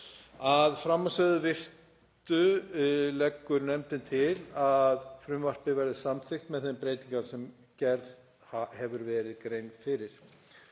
Að framansögðu virtu leggur nefndin til að frumvarpið verði samþykkt með þeim breytingum sem gerð hefur verið grein fyrir.